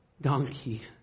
donkey